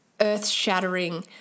earth-shattering